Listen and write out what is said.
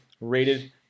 rated